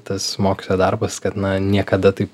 tas mokytojo darbas kad na niekada taip